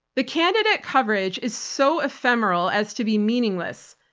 the candidate coverage is so ephemeral as to be meaningless.